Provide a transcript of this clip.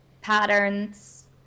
patterns